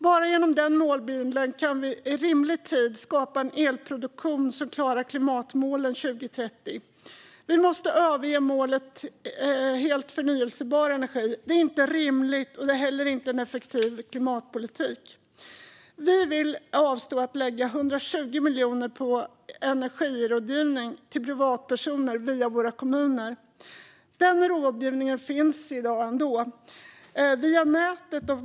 Bara genom den målbilden kan vi i rimlig tid skapa en elproduktion som klarar klimatmålen till 2030. Vi måste överge målet om helt förnybar energi. Det är inte rimligt, och det är heller inte en effektiv klimatpolitik. Vi vill avstå från att lägga 120 miljoner på energirådgivning till privatpersoner via våra kommuner. Den rådgivningen finns i dag ändå via nätet.